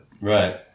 Right